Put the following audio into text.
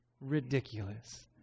ridiculous